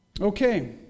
Okay